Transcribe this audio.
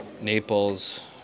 Naples